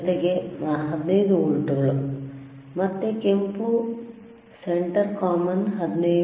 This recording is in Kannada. ಜೊತೆಗೆ 15 ವೋಲ್ಟ್ಗಳು ಮತ್ತೆ ಕೆಂಪುಸೆಂಟರ್ ಕೊಮನ್ 15